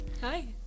Hi